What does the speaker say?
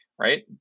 right